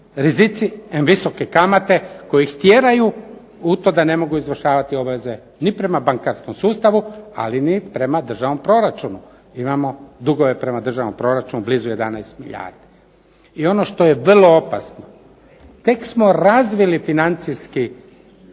rizici, em visoke kamate koje ih tjeraju u to da ne mogu izvršavati obveze ni prema bankarskom sustavu, ali ni prema državnom proračunu. Imamo dugove prema državnom proračunu blizu 11 milijardi. I ono što je vrlo opasno, tek smo razvili financijski,